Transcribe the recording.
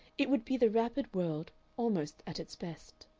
it would be the wrappered world almost at its best.